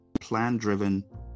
plan-driven